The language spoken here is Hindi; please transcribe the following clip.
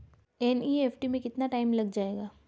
एन.ई.एफ.टी में कितना टाइम लग जाएगा?